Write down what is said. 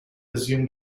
assumed